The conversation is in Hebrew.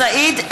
(קוראת בשם חבר הכנסת) סעיד אלחרומי,